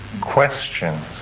Questions